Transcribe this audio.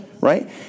right